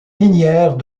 minière